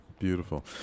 Beautiful